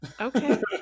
okay